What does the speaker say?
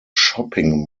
shopping